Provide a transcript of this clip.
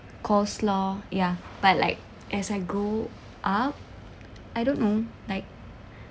coleslaw ya but like as I grow up I don't know like